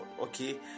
okay